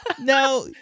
Now